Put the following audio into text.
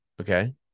okay